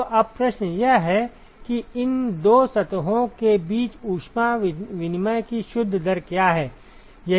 तो अब प्रश्न यह है कि इन दो सतहों के बीच ऊष्मा विनिमय की शुद्ध दर क्या है